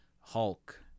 Hulk